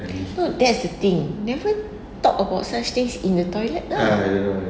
know that's the thing never talk about such things in the toilet lah